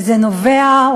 וזה נובע,